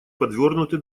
подвёрнуты